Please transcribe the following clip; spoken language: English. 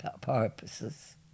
purposes